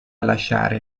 lasciare